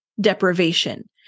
deprivation